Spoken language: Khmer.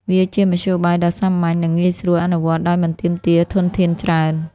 វាជាមធ្យោបាយដ៏សាមញ្ញ និងងាយស្រួលអនុវត្តដោយមិនទាមទារធនធានច្រើន។